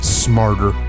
smarter